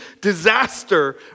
disaster